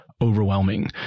overwhelming